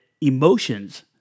emotions